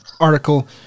article